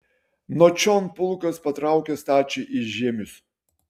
nuo čion pulkas patraukė stačiai į žiemius